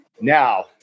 Now